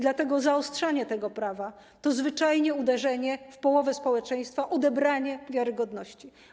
Dlatego zaostrzanie tego prawa to zwyczajnie uderzenie w połowę społeczeństwa, odebranie wiarygodności.